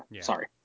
Sorry